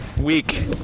Week